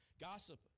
gossip